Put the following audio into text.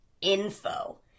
info